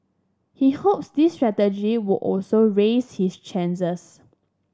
he hopes this strategy would also raise his chances